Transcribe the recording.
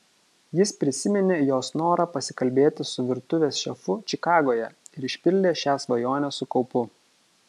jis prisiminė jos norą pasikalbėti su virtuvės šefu čikagoje ir išpildė šią svajonę su kaupu